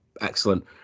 excellent